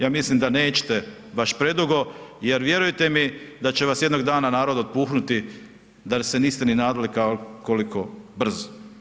Ja mislim da nećete baš predugo jer vjerujte mi da će vas jednog dana narod otpuhnuti da se niste ni nadali koliko brzo.